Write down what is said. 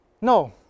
No